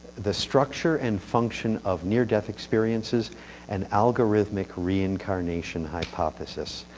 the structure and function of near-death experiences an algorithmic reincarnation hypothesis.